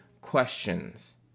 questions